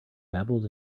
babbled